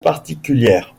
particulière